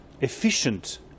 efficient